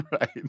Right